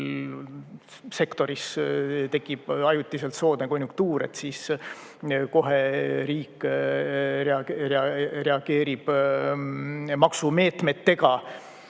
kuskil sektoris tekib ajutiselt soodne konjunktuur, siis kohe riik reageerib maksumeetmetega.